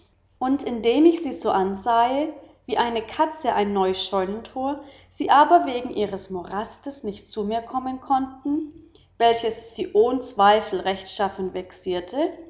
und indem ich sie so ansahe wie eine katze ein neu scheuntor sie aber wegen eines morastes nicht zu mir kommen konnten welches sie ohn zweifel rechtschaffen vexierte